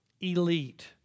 elite